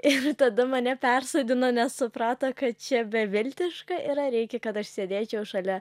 ir tada mane persodino nes suprato kad čia beviltiška yra reikia kad aš sėdėčiau šalia